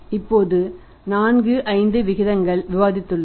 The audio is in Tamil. இப்போது வரை 4 5 விகிதங்கள் விவாதித்துள்ளோம